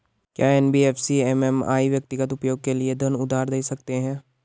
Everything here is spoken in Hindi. क्या एन.बी.एफ.सी एम.एफ.आई व्यक्तिगत उपयोग के लिए धन उधार दें सकते हैं?